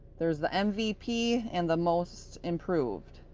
there's the mvp and the most improved.